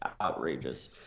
outrageous